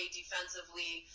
defensively